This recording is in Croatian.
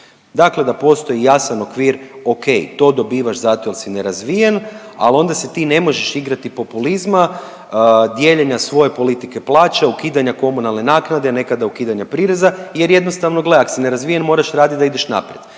Dakle da postoji jasan okvir, okej, to dobivaš zato jer si nerazvijen, ali onda se ti ne možeš igrati populizma, dijeljenja svoje politike plaće, ukidanja komunalne naknade, nekada ukidanje prireza jer jednostavno, gle, ak si nerazvijen, moraš radit da ideš naprijed,